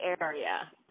area